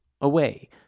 away